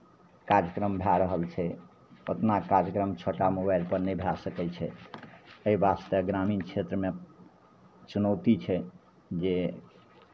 कार्यक्रम भए रहल छै उतना कार्यक्रम छोटा मोबाइलपर नहि भए सकै छै एहि वास्ते ग्रामीण क्षेत्रमे चुनौती छै जे